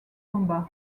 combats